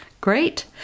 Great